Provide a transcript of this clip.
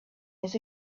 his